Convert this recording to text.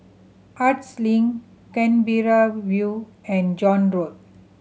Arts Link Canberra View and John Road